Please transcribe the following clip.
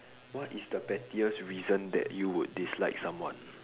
what is the pettiest reason that you would dislike someone